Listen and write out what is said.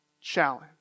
Challenge